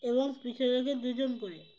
এবং পিঠে রেখে দুজন করে